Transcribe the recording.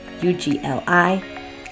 u-g-l-i